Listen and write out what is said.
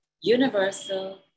universal